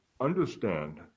understand